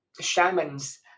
Shamans